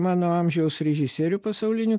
mano amžiaus režisierių pasaulinių